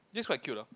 this quite cute ah